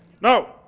No